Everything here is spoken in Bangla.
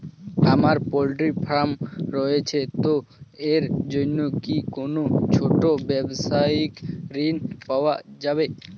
আমার পোল্ট্রি ফার্ম রয়েছে তো এর জন্য কি কোনো ছোটো ব্যাবসায়িক ঋণ পাওয়া যাবে?